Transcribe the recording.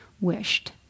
wished